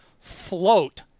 float